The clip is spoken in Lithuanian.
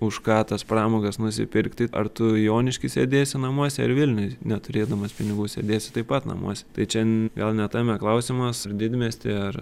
už ką tas pramogas nusipirkti ar tu jonišky sėdėsi namuose ar vilniuj neturėdamas pinigų sėdėsi taip pat namuose tai čia gal ne tame klausimas ar didmiesty ar